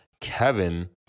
Kevin